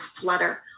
flutter